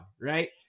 right